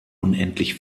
unendlich